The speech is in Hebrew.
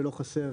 ולא חסר,